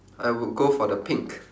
I would go for the pink